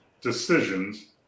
decisions